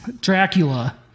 Dracula